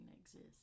exist